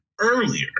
earlier